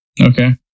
Okay